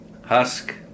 Husk